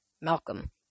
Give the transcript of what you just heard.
Malcolm